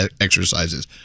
exercises